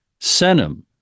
Senum